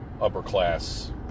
upper-class